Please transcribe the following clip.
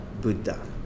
Buddha